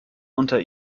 unter